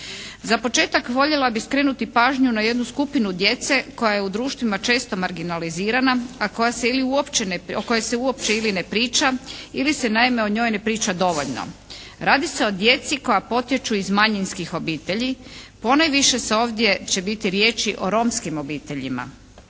Za početak voljela bih skrenuti pažnju na jednu skupinu djece koja je u društvima često marginalizirana o kojoj se uopće ili ne priča ili se naime o njoj ne priča dovoljno. Radi se o djeci koja potiču iz manjinskih obitelji, ponajviše ovdje će biti riječi o romskim obiteljima.